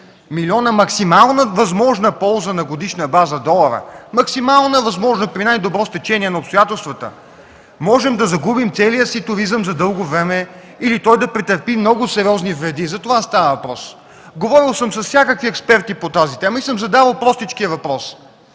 защото максималната възможна полза на годишна база е 30 милиона долара. Тя е максимално възможна при най-добро стечение на обстоятелствата. Можем да загубим целия си туризъм за дълго време или той да претърпи много сериозни вреди. За това става въпрос. Говорил съм с всякакви експерти по тази тема и съм задавал простичкия въпрос: